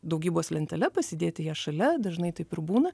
daugybos lentele pasidėti ją šalia dažnai taip ir būna